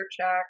check